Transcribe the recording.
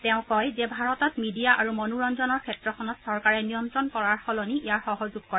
তেওঁ কয় যে ভাৰতত মিডিয়া আৰু মনোৰঞ্জনৰ ক্ষেত্ৰখনত চৰকাৰে নিয়ন্ত্ৰণ কৰাৰ সলনি ইয়াৰ সহযোগ কৰে